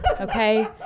Okay